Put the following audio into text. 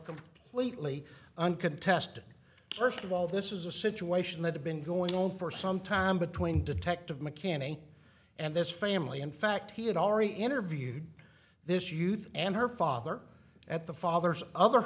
completely uncontested first of all this is a situation that had been going on for some time between detective mckinney and this family in fact he had already interviewed this youth and her father at the father's other